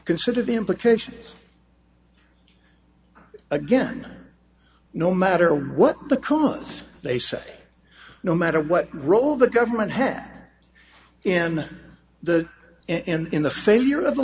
consider the implications again no matter what the cause they say no matter what role the government had in the in the failure of the